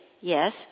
yes